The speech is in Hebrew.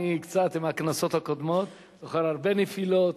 אני זוכר קצת מהכנסות הקודמות, זוכר הרבה נפילות,